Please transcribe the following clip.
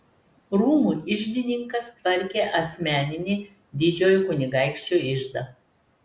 rūmų iždininkas tvarkė asmeninį didžiojo kunigaikščio iždą